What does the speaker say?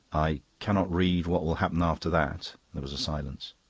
i cannot read what will happen after that. there was a silence.